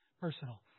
personal